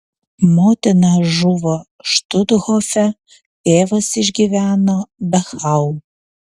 motina žuvo štuthofe tėvas išgyveno dachau